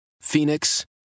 Phoenix